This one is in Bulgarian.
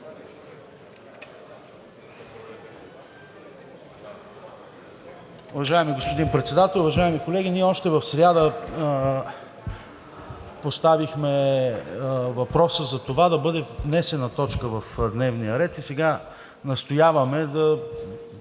Уважаеми господин Председател, уважаеми колеги! Ние още в сряда поставихме въпроса за това да бъде внесена точка в дневния ред и сега настояваме –